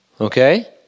Okay